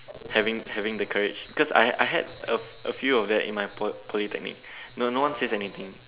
having having the courage cause I I had a a few of that in my Poly Polytechnic no no one says anything